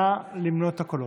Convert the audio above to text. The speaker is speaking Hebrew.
נא למנות את הקולות.